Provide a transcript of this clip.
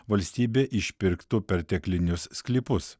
valstybė išpirktų perteklinius sklypus